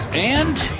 and,